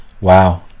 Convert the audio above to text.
Wow